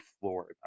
floored